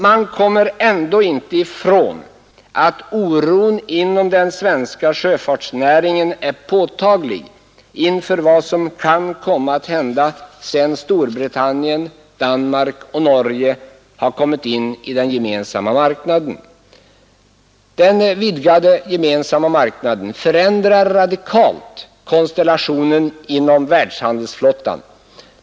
Man kommer ändå inte ifrån att oron inom den svenska sjöfartsnäringen är påtaglig inför vad som kan komma att hända sedan Storbritannien, Danmark och Norge kommit in i den gemensamma marknaden. Den vidgade gemensamma marknaden förändrar radikalt konstellationen inom världshandelsflottan.